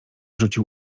rzucił